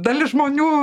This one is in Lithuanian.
dalis žmonių